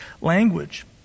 language